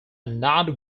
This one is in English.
not